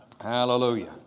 Hallelujah